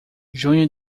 junho